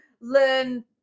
learn